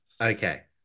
Okay